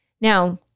Now